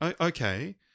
okay